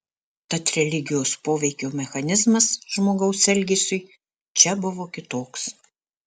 tad religijos poveikio mechanizmas žmogaus elgesiui čia buvo kitoks